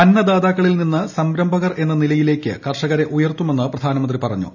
അന്നദാതാക്കളിൽ നിന്ന് സംരംഭകർ എന്ന നിലയിലേയ്ക്ക് കർഷകരെ ഉയർത്തുമെന്ന് പ്രധാനമന്ത്രി പറഞ്ഞു